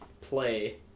play